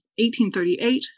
1838